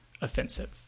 offensive